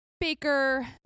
baker